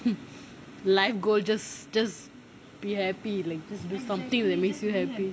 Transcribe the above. life go just just be happy like just do something that makes you happy